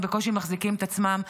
הם בקושי מחזיקים את עצמם.